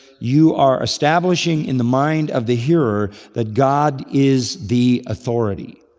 you are establishing in the mind of the hearer that god is the authority.